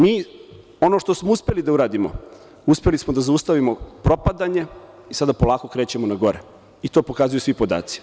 Mi ono što smo uspeli da uradimo, uspeli smo da zaustavimo propadanje, i sada polako krećemo na gore, i to pokazuju svi podaci.